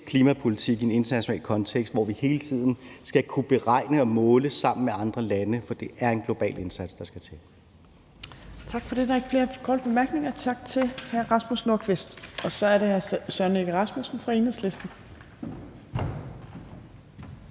klimapolitik i en international kontekst, hvor vi hele tiden skal kunne beregne og måle sammen med andre lande, for det er en global indsats, der skal til. Kl. 19:19 Tredje næstformand (Trine Torp): Tak for det. Der er ikke flere korte bemærkninger. Tak til hr. Rasmus Nordqvist. Så er det hr. Søren Egge Rasmussen fra Enhedslisten.